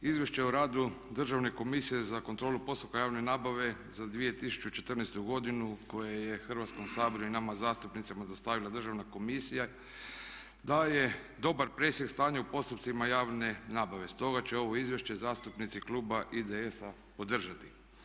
Izvješće o radu Državne komisije za kontrolu postupaka javne nabave za 2014. godinu koje je Hrvatskom saboru i nama zastupnicima dostavila Državna komisija daje dobar presjek stanja u postupcima javne nabave, stoga će ovo izvješće zastupnici kluba IDS-a podržati.